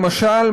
למשל,